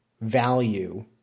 value